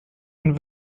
und